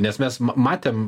nes mes ma matėm